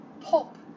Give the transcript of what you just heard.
pop